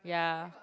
yeah